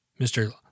Mr